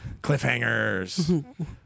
Cliffhangers